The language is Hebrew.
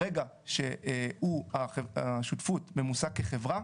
ברגע שהשותפות ממוסה כחברה,